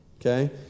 Okay